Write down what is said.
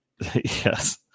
yes